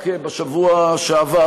רק בשבוע שעבר,